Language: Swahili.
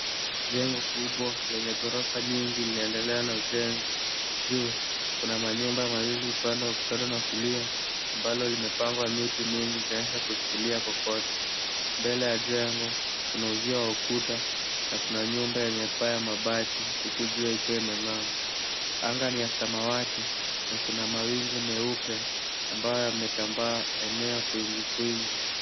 Jengo kubwa lenye ghorofa nyingi linaendelea na ujenzi juu. Kuna majengo mawili upande wa kushoto na kulia ambalo limepangwa miti mingi likionyesha kushikilia kokoto. Mbele ya jengo kuna uzio wa ukuta na kuna nyumba yenye paa ya mabati huku jua ikiwa imeng'aa. Anga ni ya samawati na kuna mawingu meupe ambayo yametambaa eneo kwelikweli.